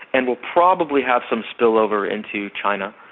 and will probably have some spillover into china,